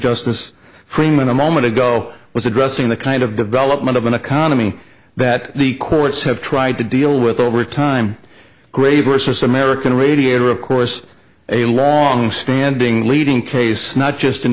justice freeman a moment ago was addressing the kind of development of an economy that the courts have tried to deal with over time great versus american radiator of course a long standing leading case not just in